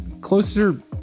closer